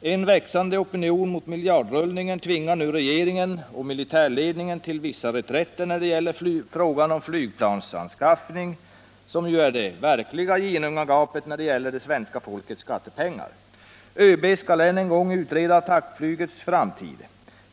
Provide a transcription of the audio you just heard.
En växande opinion mot miljardrullningen tvingar nu regeringen och militärledningen till vissa reträtter när det gäller frågan om flygplansanskaffning, som ju är det verkliga ginnungagapet när det gäller svenska folkets skattepengar. ÖB skall nu än en gång utreda attackflygets framtid.